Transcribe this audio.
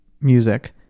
music